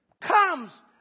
comes